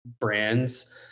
brands